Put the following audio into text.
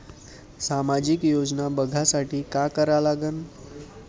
सामाजिक योजना बघासाठी का करा लागन?